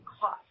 cost